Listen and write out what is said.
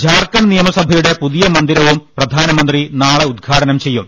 ഝാർഖണ്ഡ് നിയമസഭയുടെ പുതിയ മന്ദിരവും പ്രധാനമന്ത്രി നാളെ ഉദ്ഘാടനം ചെയ്യും